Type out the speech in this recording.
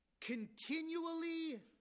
continually